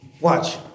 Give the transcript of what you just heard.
Watch